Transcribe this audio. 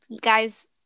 guys